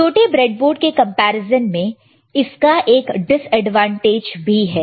छोटे ब्रेडबोर्ड के कंपैरिजन में इसका एक डिसएडवांटेज भी है